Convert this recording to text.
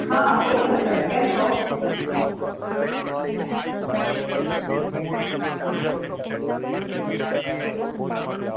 હા બોલો મનિષાબેન કેમ છો